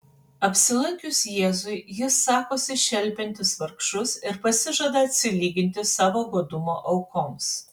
apsilankius jėzui jis sakosi šelpiantis vargšus ir pasižada atsilyginti savo godumo aukoms